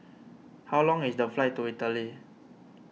how long is the flight to Italy